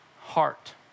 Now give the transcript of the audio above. heart